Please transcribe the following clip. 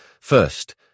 First